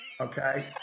Okay